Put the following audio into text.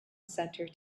center